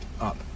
up